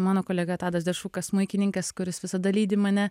mano kolega tadas dešukas smuikininkas kuris visada lydi mane